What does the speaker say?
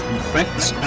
effects